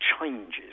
changes